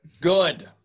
good